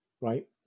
right